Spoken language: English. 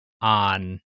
on